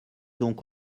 donc